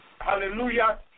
Hallelujah